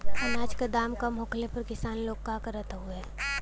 अनाज क दाम कम होखले पर किसान लोग का करत हवे?